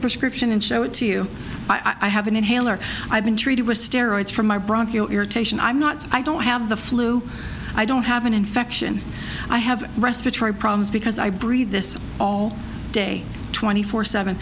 prescription and show it to you i have an inhaler i've been treated with steroids from my bronco irritation i'm not i don't have the flu i don't have an infection i have respiratory problems because i breathe this all day twenty four seven